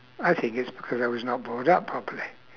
I think it's because I was not brought up properly